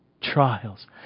trials